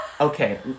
Okay